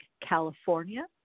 California